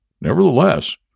Nevertheless